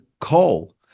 coal